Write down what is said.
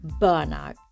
burnout